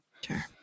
Sure